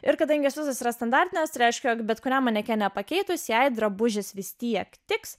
ir kadangi esu susiras standartines reiškia jog bet kurią manekenę pakeitus jei drabužis vis tiek tiks